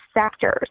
sectors